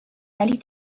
ولی